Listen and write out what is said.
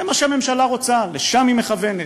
זה מה שהממשלה רוצה, לשם היא מכוונת.